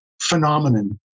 phenomenon